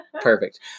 Perfect